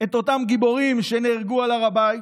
את אותם גיבורים שנהרגו על הר הבית,